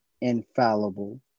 infallible